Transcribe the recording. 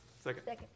Second